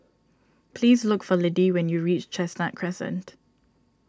please look for Liddie when you reach Chestnut Crescent